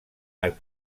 arc